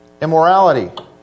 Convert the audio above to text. Immorality